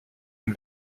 une